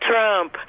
Trump